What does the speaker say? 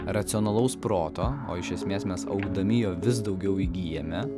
racionalaus proto o iš esmės mes augdami jo vis daugiau įgyjame